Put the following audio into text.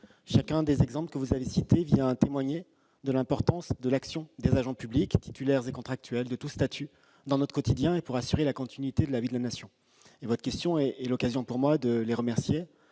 chacun des exemples que vous avez cités témoigne de l'importance de l'action des agents publics titulaires et contractuels dans notre quotidien, pour assurer la continuité de la vie de la Nation. Votre question est l'occasion pour moi de les en remercier